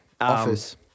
Office